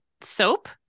soap